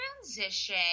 transition